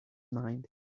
mind